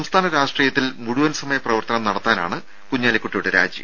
സംസ്ഥാന രാഷ്ട്രീയത്തിൽ മുഴുവൻ സമയ പ്രവർത്തനം നടത്തുന്നതിനാണ് കുഞ്ഞാലിക്കുട്ടിയുടെ രാജി